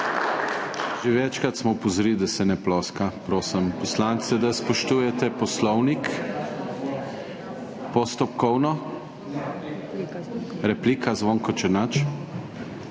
Že večkrat smo opozorili, da se ne ploska. Prosim poslance, da spoštujete Poslovnik. Postopkovno? Replika Zvonko Černač.